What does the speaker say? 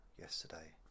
yesterday